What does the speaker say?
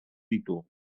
ditu